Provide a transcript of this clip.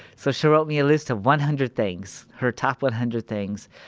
so, she wrote me a list of one hundred things. her top one hundred things.